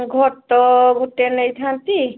ଘଟ ଗୋଟେ ନେଇଥାନ୍ତି